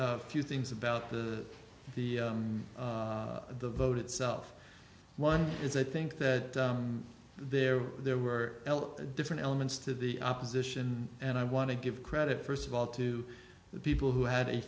a few things about the the the vote itself one is i think that there there were different elements to the opposition and i want to give credit first of all to the people who had a